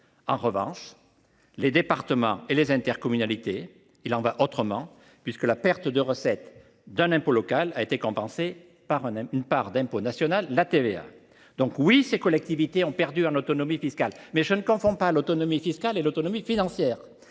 En revanche, pour les départements et les intercommunalités, il en va autrement, puisque la perte de recette d’un impôt local a été compensée par une part d’impôt national, la TVA. Donc oui, ces collectivités ont perdu en autonomie fiscale. Cependant, je ne confonds pas l’autonomie fiscale et l’autonomie financière